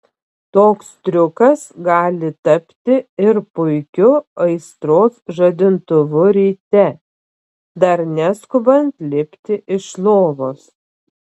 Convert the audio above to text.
toks triukas gali tapti ir puikiu aistros žadintuvu ryte dar neskubant lipti iš lovos